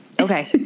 Okay